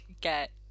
get